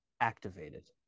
activated